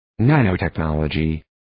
nanotechnology